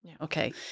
Okay